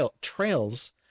trails